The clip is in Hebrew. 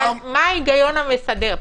אבל מה ההיגיון המסדר?